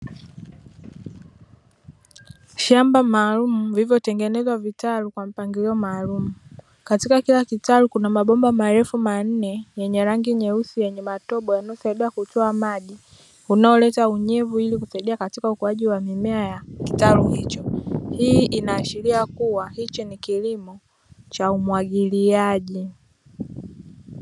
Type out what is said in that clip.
Shamba maalum vivyo tengeneza vitabu kwa mpangilio maalum. Katika kila kitalu kuna maboma marefu manne yenye rangi nyeusi yenye matobo yanayosaidia kutoa maji. Unaoleta unyevu ili kusaidia katika ukuaji wa mimea ya kitalu hicho. Hii inaashiria kuwa hicho ni kilimo, cha umwagiliaji.